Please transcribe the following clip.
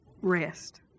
Rest